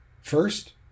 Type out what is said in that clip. First